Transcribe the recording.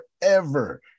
forever